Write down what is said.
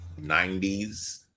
90s